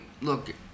Look